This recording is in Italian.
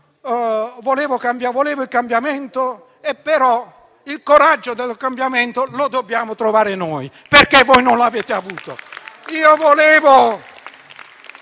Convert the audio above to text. volevo il cambiamento, però il coraggio del cambiamento lo dobbiamo trovare noi, perché voi non lo avete avuto.